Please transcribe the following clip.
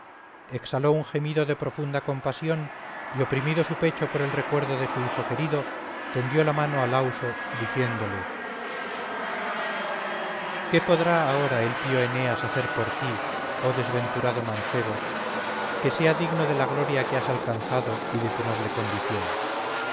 exhaló un gemido de profunda compasión y oprimido su pecho por el recuerdo de su hijo querido tendió la mano a lauso diciéndole qué podrá ahora el pío eneas hacer por ti oh desventurado mancebo que sea digno de la gloria que has alcanzado y de tu noble condición